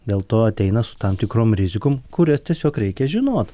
dėl to ateina su tam tikrom rizikom kurias tiesiog reikia žinot